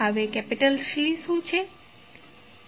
તો અહીં C શું છે